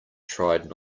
tried